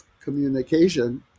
communication